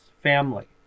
family